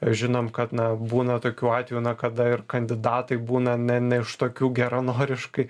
žinom kad na būna tokių atvejų na kada ir kandidatai būna ne ne iš tokių geranoriškai